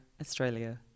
Australia